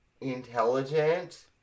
intelligent